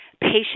patient